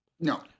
No